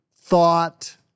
thought